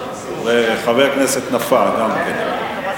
חבר הכנסת נפאע גם כן.